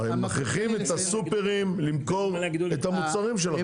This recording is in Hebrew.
שמכריחים את הסופרים למכור את המוצרים שלכם?